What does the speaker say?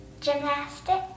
gymnastics